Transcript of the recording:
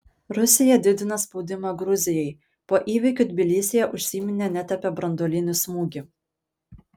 rusija didina spaudimą gruzijai po įvykių tbilisyje užsiminė net apie branduolinį smūgį